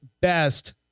best